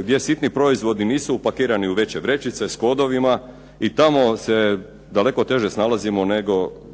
gdje sitni proizvodi nisu upakirani u veće vrećice s kodovima i tamo se daleko teže snalazimo nego